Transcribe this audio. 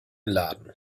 laden